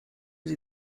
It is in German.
sie